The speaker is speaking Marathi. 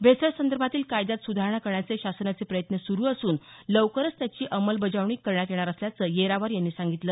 भेसळसंदर्भातील कायद्यात सुधारणा करण्याचे शासनाचे प्रयत्न सुरू असून लवकरच त्याची अंमलबजावणी करण्यात येणार असल्याचं येरावार यांनी सांगितलं